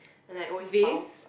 and like always bao